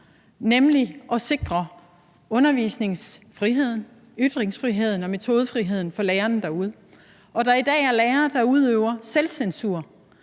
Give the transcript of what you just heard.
nemlig at sikre undervisningsfriheden, ytringsfriheden og metodefriheden for lærerne derude, og at der i dag er lærere, der udøver selvcensur